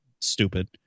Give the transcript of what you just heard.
stupid